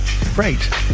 Right